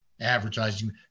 advertising